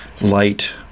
light